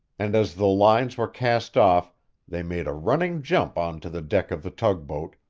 and as the lines were cast off they made a running jump on to the deck of the tug boat,